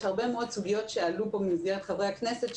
יש הרבה מאוד סוגיות שעלו פה מחברי הכנסת,